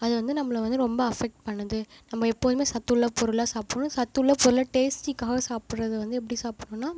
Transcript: அது வந்து நம்மளை வந்து ரொம்ப அஃபெக்ட் பண்ணுது நம்ம எப்போதுமே சத்துள்ள பொருளாக சாப்பிட்ணும் சத்துள்ள பொருளை டேஸ்ட்டுக்காக சாப்பிட்றது வந்து எப்படி சாப்பிட்ணுன்னா